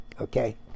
okay